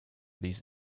these